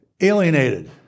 Alienated